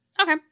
okay